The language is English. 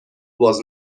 was